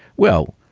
well,